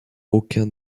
aucun